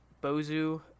bozu